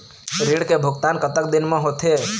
ऋण के भुगतान कतक दिन म होथे?